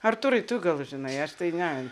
artūrai tu gal žinai aš tai ne